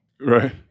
Right